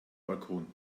balkon